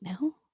No